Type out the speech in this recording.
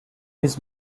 his